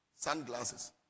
sunglasses